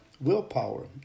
willpower